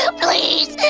so please.